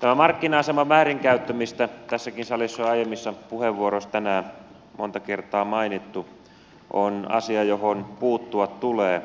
tämä markkina aseman väärinkäyttäminen joka tässäkin salissa on aiemmissa puheenvuoroissa tänään monta kertaa mainittu on asia johon puuttua tulee